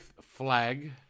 flag